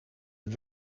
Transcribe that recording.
een